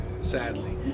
sadly